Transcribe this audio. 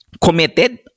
committed